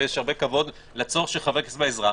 ויש הרבה כבוד לצורך של חבר כנסת בעזרה,